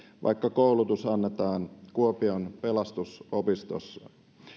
vaikka koulutus annetaan kuopion pelastusopistossa